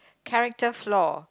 character flaw